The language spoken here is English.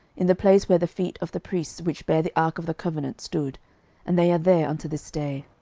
in the place where the feet of the priests which bare the ark of the covenant stood and they are there unto this day.